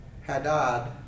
Hadad